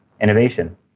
innovation